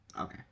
Okay